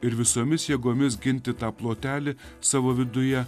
ir visomis jėgomis ginti tą plotelį savo viduje